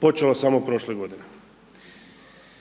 počelo samo prošle godine.